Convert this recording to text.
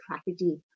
strategy